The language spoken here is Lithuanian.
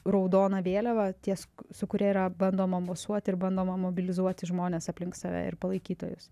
raudona vėliava ties k su kuria yra bandoma mosuoti ir bandoma mobilizuoti žmones aplink save ir palaikytojus